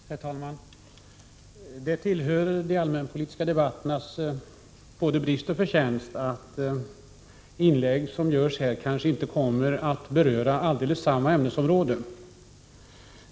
Herr talman! Det tillhör de allmänpolitiska debatternas både brist och förtjänst att de inlägg som görs kanske inte berör precis samma ämnesområde.